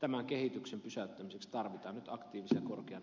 tämän kehityksen pysäyttämiseksi tarvitaan nyt aktiivisia korkean